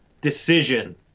decision